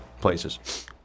places